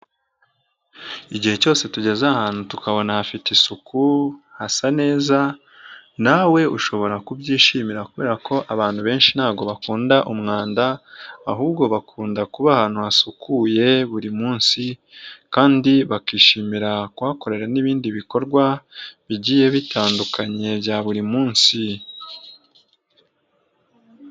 Igihe cyose tugeze ahantu tukabona hafite isuku hasa neza nawe ushobora kubyishimira kubera ko abantu benshi ntago bakunda umwanda ahubwo bakunda kuba ahantu hasukuye buri munsi kandi bakishimira kuhakorera n'ibindi bikorwa bigiye bitandukanye bya buri munsi.